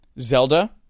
Zelda